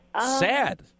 sad